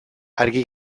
argi